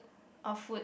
or food